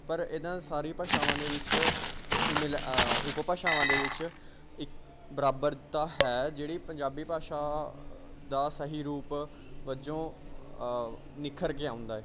ਪਰ ਇੱਦਾਂ ਸਾਰੀ ਭਾਸ਼ਾਵਾਂ ਦੇ ਵਿੱਚ ਸੀਮੇਲ ਉਪ ਭਾਸ਼ਾਵਾਂ ਦੇ ਵਿੱਚ ਇੱਕ ਬਰਾਬਰਤਾ ਹੈ ਜਿਹੜੀ ਪੰਜਾਬੀ ਭਾਸ਼ਾ ਦਾ ਸਹੀ ਰੂਪ ਵਜੋਂ ਨਿਖਰ ਕੇ ਆਉਂਦਾ ਹੈ